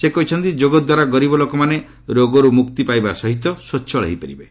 ସେ କହିଛନ୍ତି ଯୋଗଦ୍ୱାରା ଗରିବ ଲୋକମାନେ ରୋଗରୁ ମୁକ୍ତି ପାଇବା ସହିତ ସ୍ୱଚ୍ଚଳ ହୋଇପାରିବେ